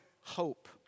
hope